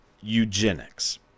eugenics